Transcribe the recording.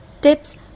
tips